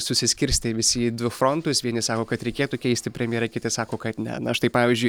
susiskirstė visi į du frontus vieni sako kad reikėtų keisti premjerę kiti sako kad ne na štai pavyzdžiui